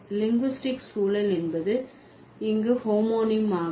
linguistic சூழல் என்பது இங்கு ஹோமோனிம் ஆகும்